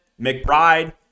McBride